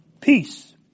peace